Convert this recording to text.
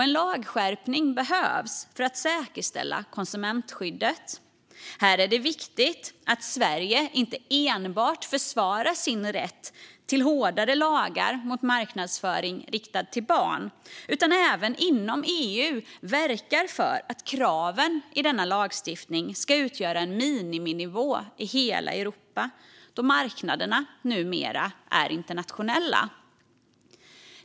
En lagskärpning behövs för att säkerställa konsumentskyddet. Här är det viktigt att Sverige inte enbart försvarar sin rätt till hårdare lagar mot marknadsföring riktad till barn utan att man även inom EU verkar för att kraven i denna lagstiftning ska utgöra en miniminivå i hela Europa, då marknaderna numera är internationella.